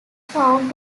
found